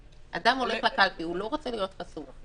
אדם הולך לקלפי, הוא לא רוצה להיות חסום.